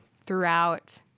throughout